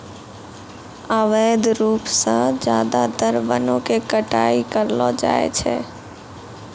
अवैध रूप सॅ ज्यादातर वनों के कटाई करलो जाय छै